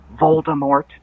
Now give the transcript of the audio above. voldemort